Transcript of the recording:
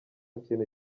kintu